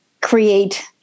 create